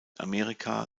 amerika